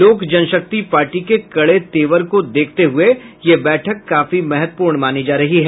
लोक जनशक्ति पार्टी के कड़े तेवर को देखते हुये यह बैठक काफी महत्वपूर्ण मानी जा रही है